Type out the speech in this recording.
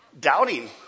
Doubting